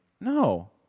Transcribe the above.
No